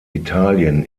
italien